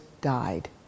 died